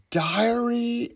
diary